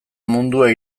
mundua